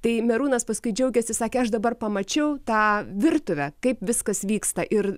tai merūnas paskui džiaugėsi sakė aš dabar pamačiau tą virtuvę kaip viskas vyksta ir